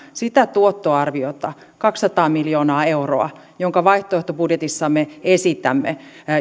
sitä tuottoarviota kaksisataa miljoonaa euroa jonka vaihtoehtobudjetissamme esitämme